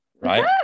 Right